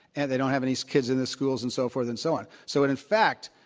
and they don't have any kids in the schools and so forth and so on. so in in fact,